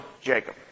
Jacob